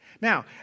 Now